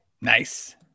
Nice